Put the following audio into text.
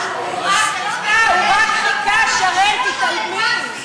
הוא רק, שרן, תתעלמי.